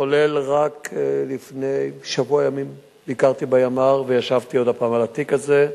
ורק לפני שבוע ימים ביקרתי בימ"ר וישבתי עוד פעם על התיק הזה.